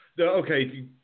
okay